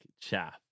chaff